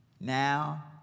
Now